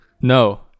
No